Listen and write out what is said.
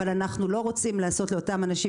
אבל אנחנו לא רוצים לעשות לאותם אנשים